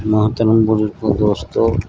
محترم بزرگو دوستو